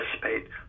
participate